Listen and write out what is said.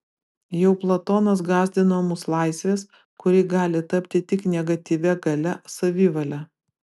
jau platonas gąsdino mus laisvės kuri gali tapti tik negatyvia galia savivale